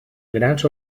grans